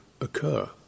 occur